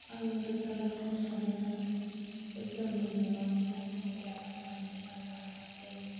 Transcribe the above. आंनि गोसो बायदिनो सङो जोंनि न'नि मानसिफोरा मामि बाबा हासबेन्ड